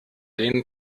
den